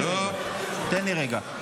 תן לי רגע.